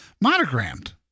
monogrammed